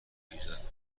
ایجاد